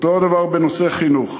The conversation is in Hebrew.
אותו דבר בנושא חינוך.